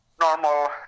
normal